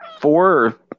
four